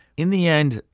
in the end,